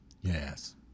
Yes